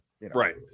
right